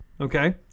Okay